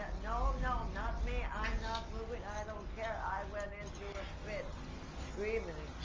no, no. not me! i'm not moving! i don't care! i went into a fit. screaming